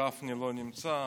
גפני לא נמצא,